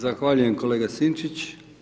Zahvaljujem kolega Sinčić.